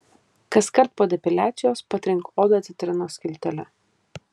kaskart po depiliacijos patrink odą citrinos skiltele